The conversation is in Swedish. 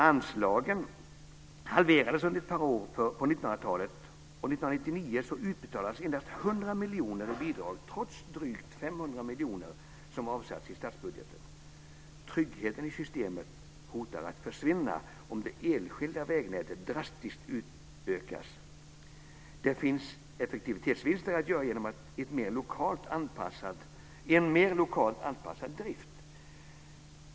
Anslagen halverades under ett par år på 1990-talet, och 1999 utbetalades endast 100 miljoner i bidrag trots att drygt 500 miljoner avsatts i statsbudgeten. Tryggheten i systemet hotar att försvinna om det enskilda vägnätet drastiskt utökas. Det finns effektiviseringsvinster att göra genom en mer lokalt anpassad drift.